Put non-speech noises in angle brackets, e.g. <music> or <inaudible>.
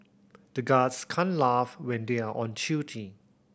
the guards can't laugh when they are on <unintelligible>